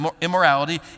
immorality